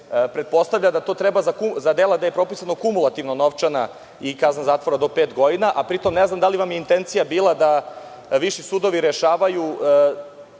pretpostavlja da je to za dela gde je propisana kumulativno novčana i kazna zatvora do pet godina, a pri tom, ne znam da li vam je intencija bila da viši sudovi rešavaju